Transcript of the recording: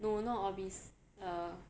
no not Orbis err